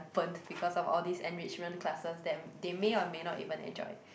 burnt because of all this enrichment classes then they may or may not even enjoy